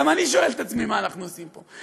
גם אני שואל את עצמי מה אנחנו עושים פה,